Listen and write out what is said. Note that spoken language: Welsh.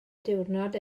diwrnod